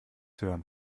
hören